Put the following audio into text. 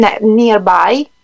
nearby